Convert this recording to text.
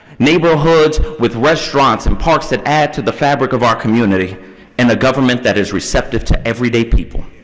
neighborhoods with restaurants and parks that add to the fabric of our community and a government that is receptive to everyday people.